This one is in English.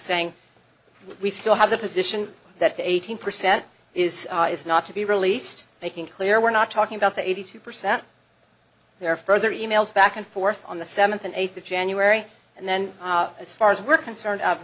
saying we still have the position that eighteen percent is is not to be released making clear we're not talking about the eighty two percent there are further e mails back and forth on the seventh and eighth of january and then as far as we're concerned of